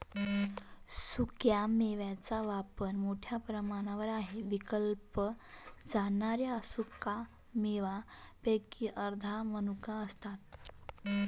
सुक्या मेव्यांचा वापर मोठ्या प्रमाणावर आहे विकल्या जाणाऱ्या सुका मेव्यांपैकी अर्ध्या मनुका असतात